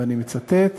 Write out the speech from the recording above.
ואני מצטט,